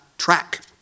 track